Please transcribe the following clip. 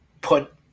put